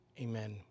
amen